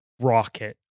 rocket